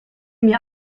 mir